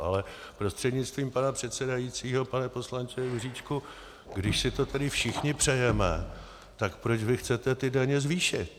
Ale prostřednictvím pana předsedajícího pane poslanče Juříčku, když si to tedy všichni přejeme, tak proč vy chcete ty daně zvýšit?